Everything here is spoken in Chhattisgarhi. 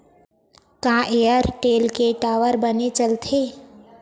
का एयरटेल के टावर बने चलथे?